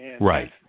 Right